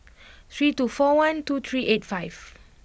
three two four one two three eight five